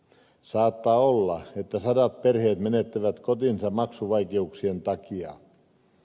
saattaa olla että sadat perheet menettävät kotinsa maksuvaikeuksien takia